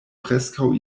preskaŭ